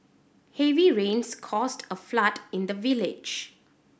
heavy rains caused a flood in the village